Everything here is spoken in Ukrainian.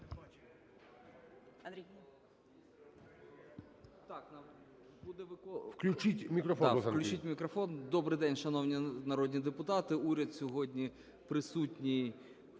Добрий день, шановні народні депутати! Уряд сьогодні присутній,